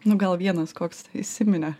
nu gal vienas koks įsiminė